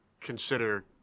consider